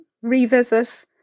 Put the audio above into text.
revisit